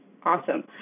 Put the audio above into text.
Awesome